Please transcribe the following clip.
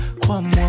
Crois-moi